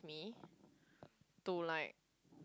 me to like